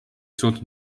suutnud